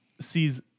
sees